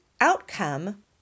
outcome